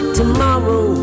tomorrow